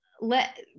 let